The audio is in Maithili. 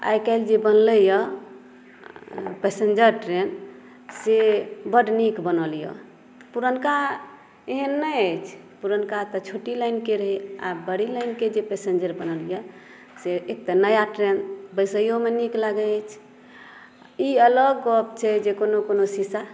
आय काल्हि जे बनलैया पेसेंजर ट्रैन से बड नीक बनल अछि पुरनका एहन नहि अछि पुरनका तऽ छोटी लाइनक रहै आब बड़ी लाइनके जे पेसेन्जर बनल अछि से एक तऽ नया ट्रैन बैसियोमे नीक लागै अछि ई अलग गप छै कोनो कोनो शीशा